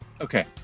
Okay